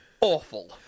awful